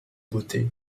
beauté